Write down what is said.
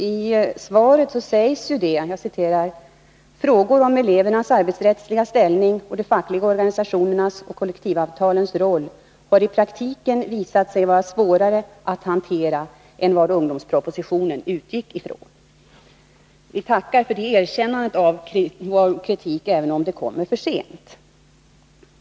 I svaret sägs det: ”Frågor om elevernas arbetsrättsliga ställning och de fackliga organisationernas och kollektivavtalens roll har i praktiken visat sig vara svårare att hantera än vad ungdomspropositionen utgick från.” Vi tackar för det erkännandet av vår kritik, även om det kommer för sent.